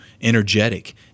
energetic